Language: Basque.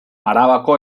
arabako